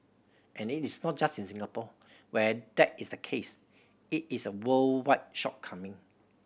and it is not just in Singapore where that is the case it is a worldwide shortcoming